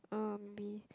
uh maybe